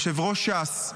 יושב-ראש ש"ס,